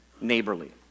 neighborly